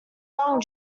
wrong